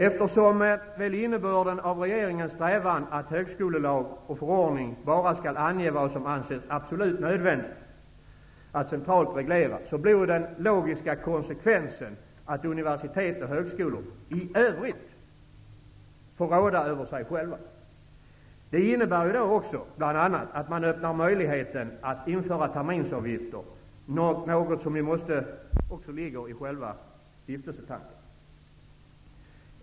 Eftersom väl innebörden av regeringens strävan att högskolelag och förordning bara skall ange vad som anses absolut nödvändigt att centralt reglera, blir den logiska konsekvensen att universitet och högskolor i övrigt får råda över sig själva. Detta innebär bl.a. att man öppnar för möjligheten att införa terminsavgifter, något som ju också ligger i själva stiftelsetanken.